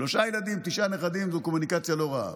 שלושה ילדים, תשעה נכדים, זו קומוניקציה לא רעה.